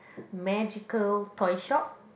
magical toy shop